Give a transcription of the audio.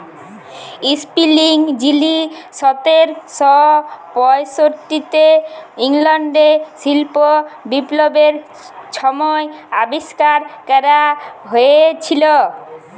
spinning যিলি সতের শ পয়ষট্টিতে ইংল্যাল্ডে শিল্প বিপ্লবের ছময় আবিষ্কার ক্যরা হঁইয়েছিল